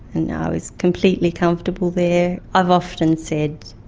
and i was completely comfortable there. i've often said,